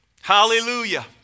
Hallelujah